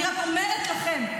אני אומרת לכם,